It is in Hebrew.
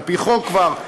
על-פי חוק כבר,